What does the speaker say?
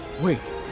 Wait